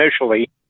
initially